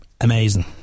amazing